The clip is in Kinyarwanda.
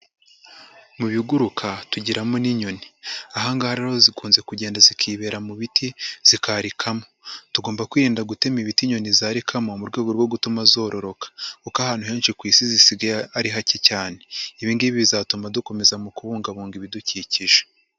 Mu biguruka tugiramo n'inyoni. Aha ngaha rero zikunze kugenda zikibera mu biti zikarikamo, tugomba kwirinda gutema ibiti inyoni zarikamo mu rwego rwo gutuma zororoka, kuko ahantu henshi ku Isi zisigaye ari hake cyane, ibi ngibi bizatuma dukomeza mu kubungabunga ibidukikije.